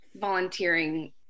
Volunteering